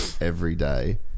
everyday